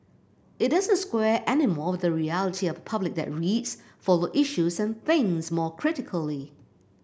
it doesn't square any more with the reality of a public that reads follows issues and thinks more critically